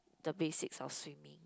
the basics of swimming